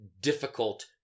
difficult